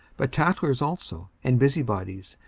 but tattlers also and busybodies,